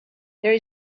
there